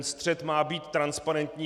Střet má být transparentní.